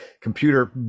computer